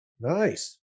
Nice